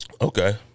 Okay